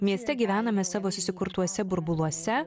mieste gyvename savo susikurtuose burbuluose